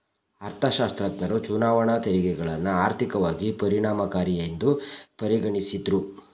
ಅರ್ಥಶಾಸ್ತ್ರಜ್ಞರು ಚುನಾವಣಾ ತೆರಿಗೆಗಳನ್ನ ಆರ್ಥಿಕವಾಗಿ ಪರಿಣಾಮಕಾರಿಯೆಂದು ಪರಿಗಣಿಸಿದ್ದ್ರು